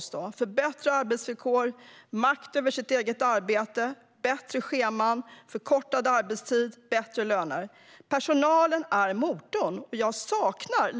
Det handlar om att förbättra arbetsvillkor, om att ha makt över sitt eget arbete, om bättre scheman, om förkortad arbetstid och om bättre löner. Personalen är motorn. Jag saknar